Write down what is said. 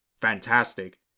fantastic